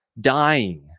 dying